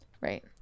Right